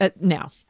now